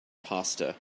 pasta